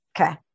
Okay